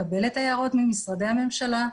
לקבל את ההערות ממשרדי הממשלה,